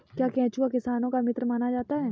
क्या केंचुआ किसानों का मित्र माना जाता है?